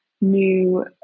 new